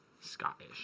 Scottish